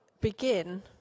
begin